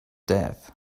death